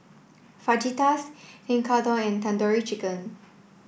Fajitas Tekkadon and Tandoori Chicken